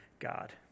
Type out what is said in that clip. God